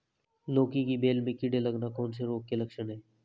लौकी की बेल में कीड़े लगना कौन से रोग के लक्षण हैं?